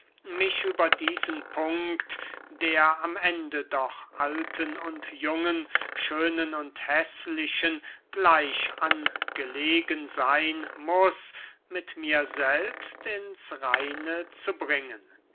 mich über diesen punkt der am ende doch alten und jungen schönen und häßlichen gleich angelegen seyn muß mit mir selbst ins reine zu bringen